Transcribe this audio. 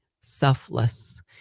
selfless